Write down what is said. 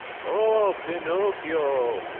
oh, pinocchio,